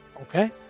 Okay